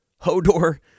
Hodor